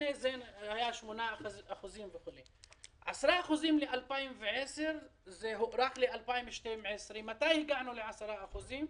כשלפני זה היה 8%. מתי הגענו ל-10%?